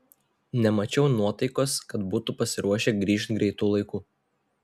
nemačiau nuotaikos kad būtų pasiruošę grįžt greitu laiku